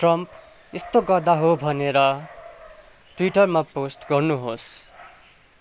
Trump यस्तो गधा हो भनेर ट्विटरमा पोस्ट गर्नुहोस्